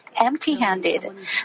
empty-handed